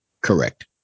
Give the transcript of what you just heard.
Correct